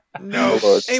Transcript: No